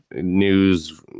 news